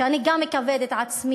שאני גם אכבד את עצמי,